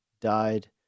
died